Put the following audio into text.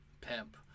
pimp